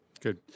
Good